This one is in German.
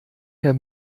herr